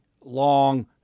long